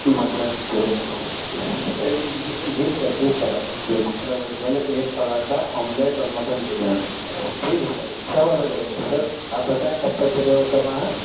mutton جی sir جی sir بالکل اویلیبل ہے ایک پراٹھا آملیٹ اور مٹن بریانی ٹھیک ہے سر سب اویلیبل ہے سر آپ بتائیں کب تک ڈلیور کرنا ہے